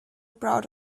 proud